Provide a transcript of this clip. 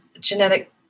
genetic